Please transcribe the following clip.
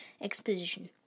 Exposition